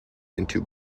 into